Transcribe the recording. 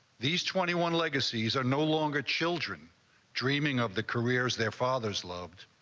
these twenty one legacies are no longer children dreaming of the careers, their father's love,